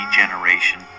generation